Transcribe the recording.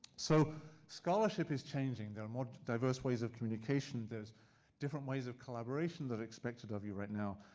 so scholarship is changing. there are more diverse ways of communication. there's different ways of collaboration that are expected of you right now.